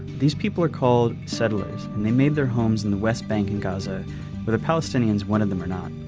these people are called settlers, and they made their homes in the west bank and gaza whether palestinians wanted them or not.